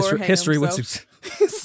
history